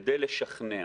כדי לשכנע